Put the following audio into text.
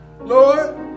Lord